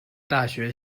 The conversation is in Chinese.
大学